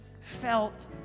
felt